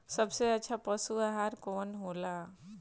सबसे अच्छा पशु आहार कवन हो ला?